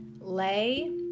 Lay